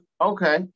Okay